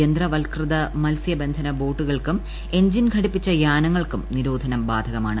യന്ത്രവൽകൃത മത്സ്യബന്ധന ബോട്ടുകൾക്കും എഞ്ചിൻ ഘടിപ്പിച്ച യാനങ്ങൾക്കും നിരോധനം ബാധകമാണ്